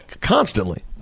constantly